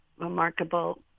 remarkable